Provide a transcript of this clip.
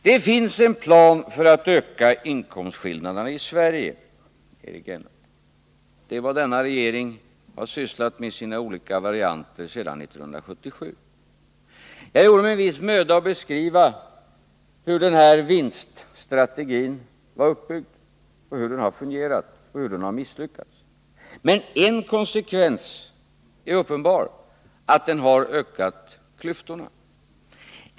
Det finns en plan för att öka inkomstskillnaderna i Sverige, Eric Enlund. Det är vad de borgerliga regeringarna i sina olika varianter har sysslat med sedan 1977. Jag gjorde mig en viss möda att beskriva hur den här vinststrategin var uppbyggd, hur den har fungerat och hur den har misslyckats. Men en konsekvens är uppenbar, att den har ökat klyftorna.